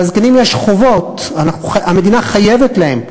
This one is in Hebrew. יש חובות לזקנים, המדינה חייבת להם,